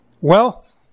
Wealth